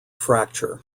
fracture